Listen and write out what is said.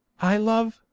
i love,